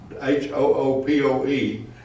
H-O-O-P-O-E